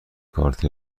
کارت